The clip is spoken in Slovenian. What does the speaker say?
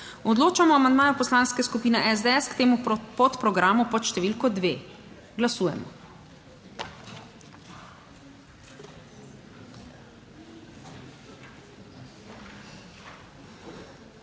odločamo o amandmaju Poslanske skupine SDS k temu podprogramu pod številko 1. Glasujemo.